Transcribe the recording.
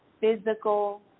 physical